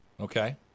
Okay